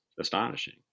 astonishing